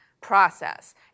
process